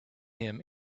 him